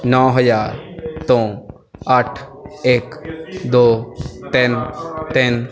ਨੌ ਹਜ਼ਾਰ ਤੋਂ ਅੱਠ ਇੱਕ ਦੋ ਤਿੰਨ ਤਿੰਨ